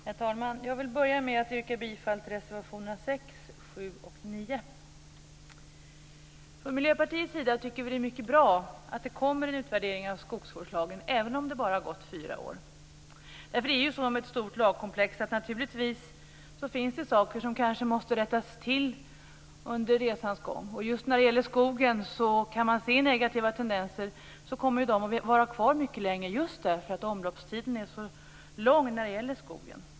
Herr talman! Jag vill börja med att yrka bifall till reservationerna 6, 7 och 9. Från Miljöpartiets sida tycker vi att det är mycket bra att det kommer en utvärdering av skogsvårdslagen, även om det bara gått fyra år. När det gäller ett så stort lagkomplex finns det naturligtvis saker som kanske måste rättas till under resans gång. I fråga om skogen kan man se negativa tendenser, och de kommer att vara kvar mycket länge just därför att omloppstiden är så lång i fråga om skogen.